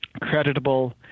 creditable